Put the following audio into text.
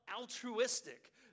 altruistic